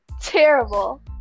terrible